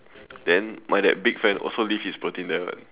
then my that big friend also leave his protein there [one]